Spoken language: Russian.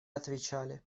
отвечали